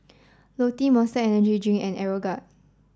Lotte Monster Energy Drink and Aeroguard